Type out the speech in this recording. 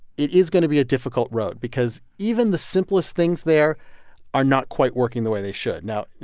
it is going to be a difficult road because even the simplest things there are not quite working the way they should now,